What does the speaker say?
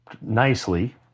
nicely